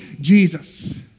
Jesus